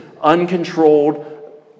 uncontrolled